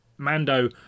Mando